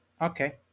Okay